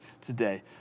today